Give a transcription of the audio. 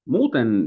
Muuten